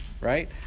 right